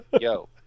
yo